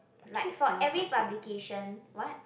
like for every publication what